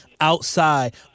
outside